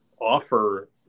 offer